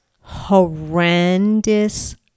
horrendous